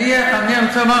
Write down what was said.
אני אומר את זה.